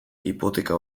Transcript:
hipoteka